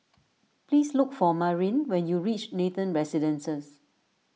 please look for Marin when you reach Nathan Residences